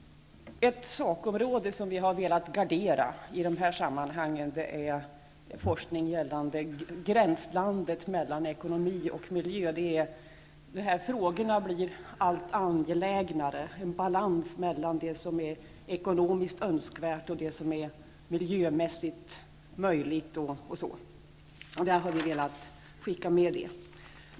Ett sakområde som vi har velat gardera i de här sammanhangen är forskning gällande gränslandet mellan ekonomi och miljö. De frågor som gäller balans mellan det som är ekonomiskt önskvärt och det som är miljömässigt möjligt blir allt angelägnare. Det har vi velat skicka med.